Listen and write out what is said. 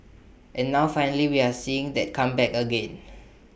and now finally we're seeing that come back again